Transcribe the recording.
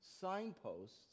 Signposts